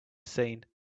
seen